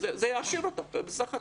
זה יעשיר אותה בסך הכול,